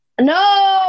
no